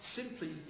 simply